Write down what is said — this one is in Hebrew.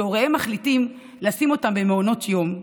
שהוריהם מחליטים לשים אותם במעונות יום,